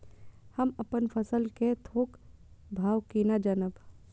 हम अपन फसल कै थौक भाव केना जानब?